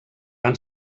van